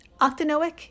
octanoic